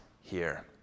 here